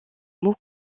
mots